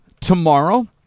Tomorrow